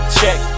check